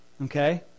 Okay